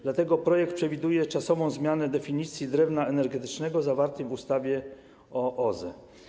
Dlatego projekt przewiduje czasową zmianę definicji drewna energetycznego zawartej w ustawie o OZE.